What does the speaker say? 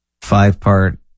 five-part